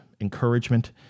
encouragement